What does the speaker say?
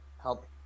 help